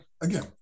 again